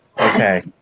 Okay